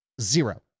Zero